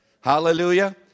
Hallelujah